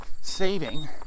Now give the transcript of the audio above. saving